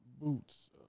Boots